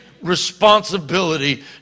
responsibility